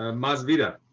and miles vida.